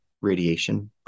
radiation